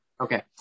Okay